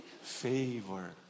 Favor